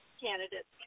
candidates